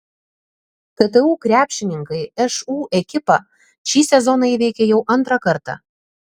ktu krepšininkai šu ekipą šį sezoną įveikė jau antrą kartą